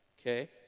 Okay